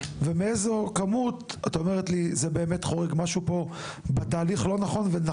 ומאיזה כמות את אומרת לי שזה באמת מספר חורג ושנכון שמשרד